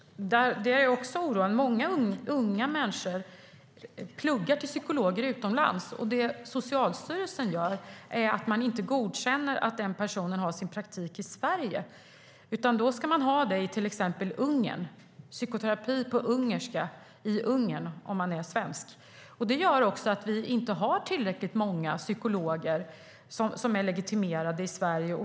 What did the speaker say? Det är också oroande: Många unga människor pluggar till psykolog utomlands, och det Socialstyrelsen gör är att den inte godkänner att de personerna har sin praktik i Sverige. I stället ska man ha det i till exempel Ungern - psykoterapi på ungerska i Ungern när man är svensk. Det gör att vi inte har tillräckligt många psykologer som är legitimerade i Sverige.